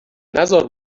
نزار